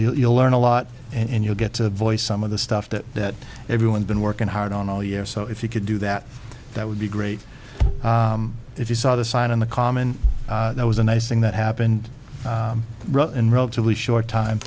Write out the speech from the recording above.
you'll learn a lot and you'll get to voice some of the stuff that everyone's been working hard on all year so if you could do that that would be great if you saw the sign in the common that was a nice thing that happened in relatively short time